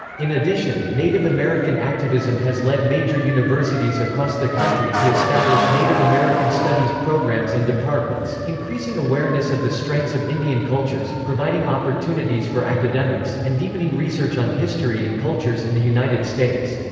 in addition, native american activism has led major universities across the country to establish native american studies programs and departments, increasing awareness of the strengths of indian cultures, providing opportunities for academics, and deepening research on history and cultures in the united states.